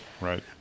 right